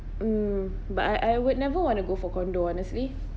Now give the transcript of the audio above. mm but I I would never want to go for condo honestly